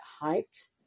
hyped